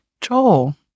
Joel